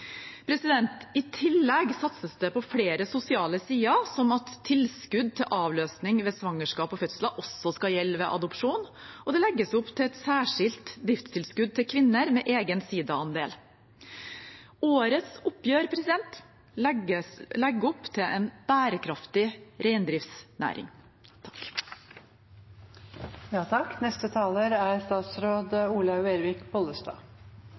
på flere sosiale sider, som at tilskudd til avløsning ved svangerskap og fødsler også skal gjelde ved adopsjon, og det legges opp til et særskilt driftstilskudd til kvinner med egen sidaandel. Årets oppgjør legger opp til en bærekraftig reindriftsnæring.